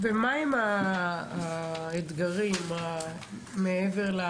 מה האתגרים מעבר?